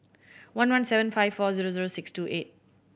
one one seven five four zero zero six two eight